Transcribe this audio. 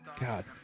God